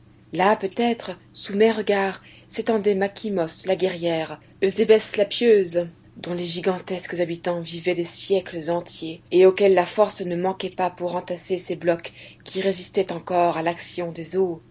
là peut-être sous mes regards s'étendaient makhimos la guerrière eusebès la pieuse dont les gigantesques habitants vivaient des siècles entiers et auxquels la force ne manquait pas pour entasser ces blocs qui résistaient encore à l'action des eaux